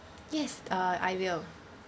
yes uh I will